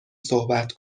صحبت